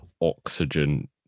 oxygen